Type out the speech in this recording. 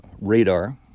radar